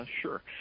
Sure